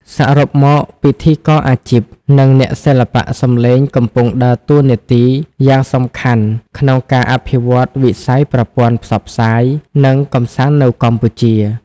សរុបមក ពិធីករអាជីព និងអ្នកសិល្បៈសំឡេងកំពុងដើរតួនាទីយ៉ាងសំខាន់ក្នុងការអភិវឌ្ឍវិស័យប្រព័ន្ធផ្សព្វផ្សាយ និងកម្សាន្តនៅកម្ពុជា។